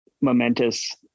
momentous